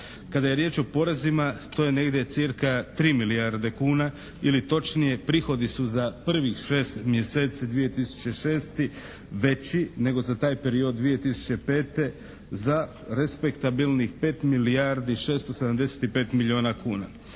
Kada je riječ o porezima to je negdje cca 3 milijarde kuna ili točnije prihodi su za prvih šest mjeseci 2006. veći nego za taj period 2005. za respektabilnih 5 milijardi 675 milijona kuna.